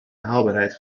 haalbaarheid